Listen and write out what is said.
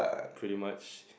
pretty much